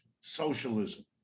socialism